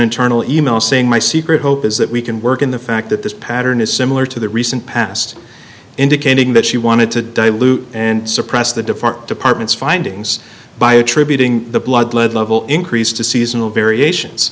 internal e mail saying my secret hope is that we can work in the fact that this pattern is similar to the recent past indicating that she wanted to dilute and suppress the different departments findings by attributing the blood lead level increase to seasonal variations